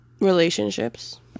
relationships